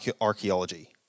archaeology